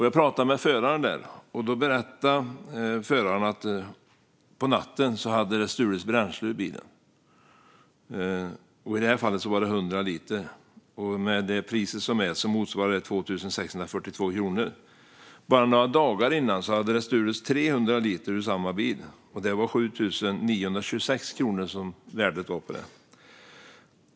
Jag pratade med föraren, som berättade att det hade stulits bränsle ur bilen på natten. I det här fallet var det 100 liter. Det motsvarar med rådande prisnivå 2 642 kronor. Bara några dagar innan hade det stulits 300 liter ur samma bil till ett värde av 7 926 kronor.